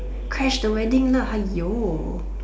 crash the wedding